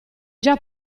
già